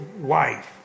wife